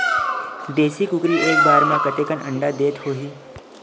देशी कुकरी एक बार म कतेकन अंडा देत होही?